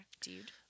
dude